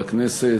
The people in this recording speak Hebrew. וחברי הכנסת,